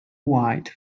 white